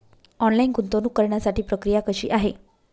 Online गुंतवणूक करण्यासाठी प्रक्रिया कशी आहे?